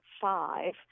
five